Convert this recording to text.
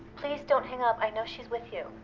please don't hang up. i know she's with you.